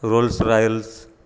Rolls Royce